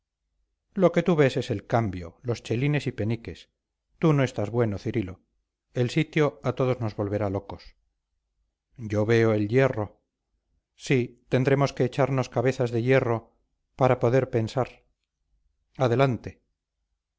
lo que tú ves es el cambio los chelines y peniques tú no estás bueno cirilo el sitio a todos nos volverá locos yo veo el hierro sí tendremos que echarnos cabezas de hierro para poder pensar adelante